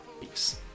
Peace